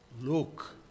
look